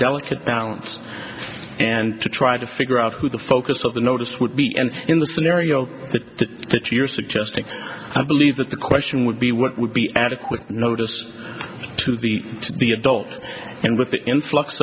delicate balance and to try to figure out who the focus of the notice would be and in the scenario that that you're suggesting i believe that the question would be what would be adequate notice to the to the adult and with the influx